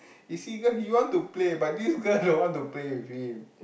he see girl he want to play but this girl don't want to play with him